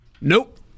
Nope